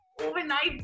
Overnight